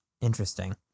Interesting